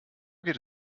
geht